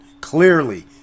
clearly